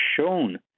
shown